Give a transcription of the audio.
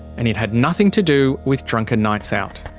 and it had nothing to do with drunken nights out.